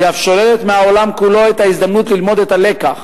היא אף שוללת מהעולם כולו את ההזדמנות ללמוד את הלקח